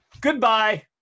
Goodbye